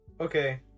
Okay